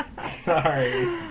Sorry